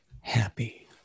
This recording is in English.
happy